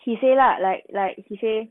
he said lah like like he said